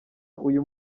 uyu